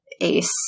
ace